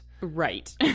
Right